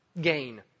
gain